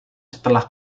setelah